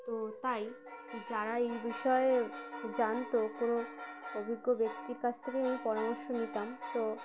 তো তাই যারা এই বিষয়ে জানত কোনো অভিজ্ঞ ব্যক্তির কাছ থেকে আমি পরামর্শ নিতাম তো